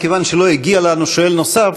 מכיוון שלא הגיע אלינו שואל נוסף,